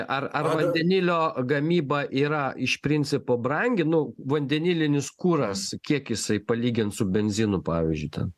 ar ar vandenilio gamyba yra iš principo brangi nu vandenilinis kuras kiek jisai palygint su benzinu pavyzdžiui ten